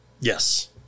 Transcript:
Yes